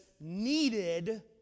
needed